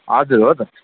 हजुर हो त